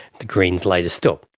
the greens later still.